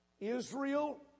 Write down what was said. Israel